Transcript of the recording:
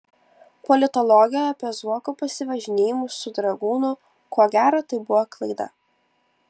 politologė apie zuoko pasivažinėjimus su dragūnu ko gero tai buvo klaida